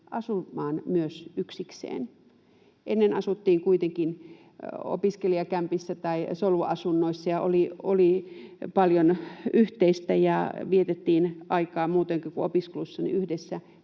asumaan yksikseen? Ennen asuttiin kuitenkin opiskelijakämpissä tai soluasunnoissa ja oli paljon yhteistä ja vietettiin aikaa yhdessä muutenkin kuin opiskeluissa.